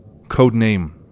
Codename